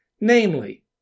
Namely